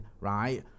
right